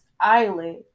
island